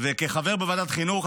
וכחבר בוועדת חינוך,